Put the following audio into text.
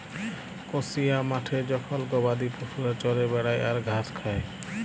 কসিয়া মাঠে জখল গবাদি পশুরা চরে বেড়ায় আর ঘাস খায়